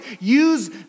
use